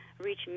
reach